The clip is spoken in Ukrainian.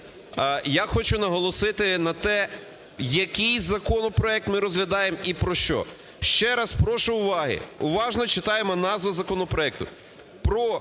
я хочу наголосити на те, який законопроект ми розглядаємо і про що. Ще раз прошу уваги, уважно читаємо назву законопроекту: